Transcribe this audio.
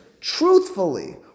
truthfully